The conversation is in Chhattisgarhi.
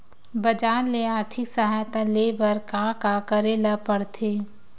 बजार ले आर्थिक सहायता ले बर का का करे ल पड़थे?